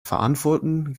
verantwortung